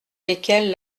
lesquelles